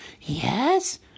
yes